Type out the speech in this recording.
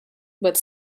but